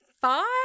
five